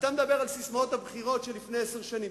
אתה מדבר על ססמאות הבחירות של לפני עשר שנים.